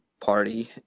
party